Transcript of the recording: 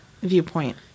viewpoint